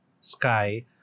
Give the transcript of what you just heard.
sky